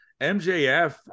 MJF